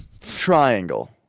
Triangle